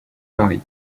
paris